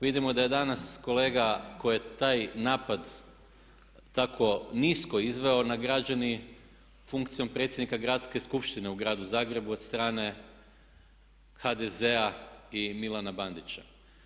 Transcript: Vidimo da je danas kolega koji je taj napad tako nisko izveo nagrađen i funkcijom predsjednika Gradske skupštine u Gradu Zagrebu od strane HDZ-a i Milana Bandića.